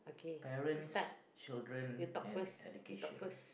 parents children and education